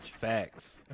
Facts